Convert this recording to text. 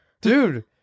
dude